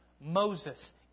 Moses